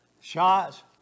shots